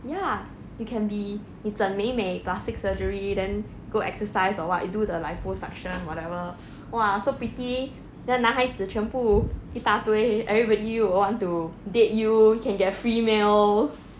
ya you can be 你整美美 plastic surgery then go exercise or what you do the liposuction whatever !wah! so pretty then 男孩子全部一大堆 everybody will want to date you can get free meals